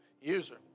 user